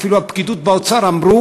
אפילו הפקידות באוצר אמרה